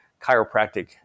chiropractic